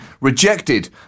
rejected